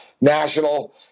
national